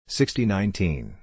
sixty-nineteen